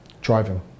Driving